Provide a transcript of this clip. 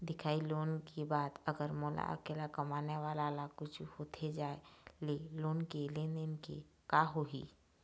दिखाही लोन ले के बाद अगर मोला अकेला कमाने वाला ला कुछू होथे जाय ले लोन के लेनदेन के का होही?